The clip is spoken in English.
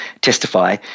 testify